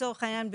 לצורך העניין,